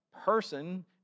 person